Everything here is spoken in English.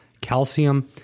Calcium